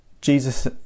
Jesus